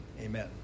amen